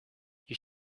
you